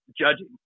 judging